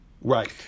Right